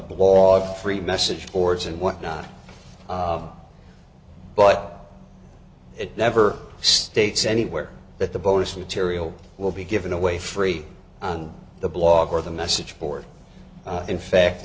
of free message boards and whatnot but it never states anywhere that the bonus material will be given away free on the blog or the message board in fact